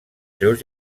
seus